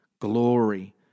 glory